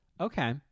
Okay